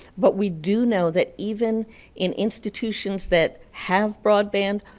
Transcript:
but we do know that even in institutions that have broadband,